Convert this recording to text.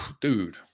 Dude